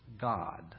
God